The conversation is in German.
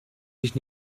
dich